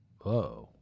Whoa